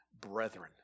brethren